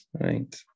right